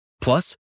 Plus